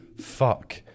fuck